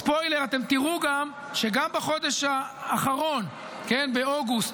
ספוילר: אתם תראו שגם בחודש האחרון, באוגוסט,